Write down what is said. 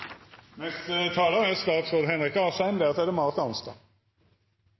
Neste taler er statsråd